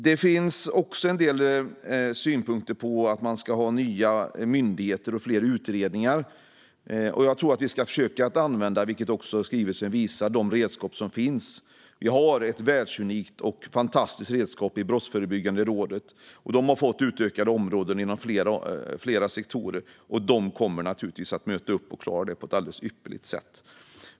Det finns också synpunkter om nya myndigheter och fler utredningar, men som skrivelsen säger ska vi nog försöka använda de redskap som finns. Vi har ett världsunikt och fantastiskt redskap i Brottsförebyggande rådet, och de har fått utökade uppdrag på flera områden som de kommer att genomföra på ett ypperligt sätt.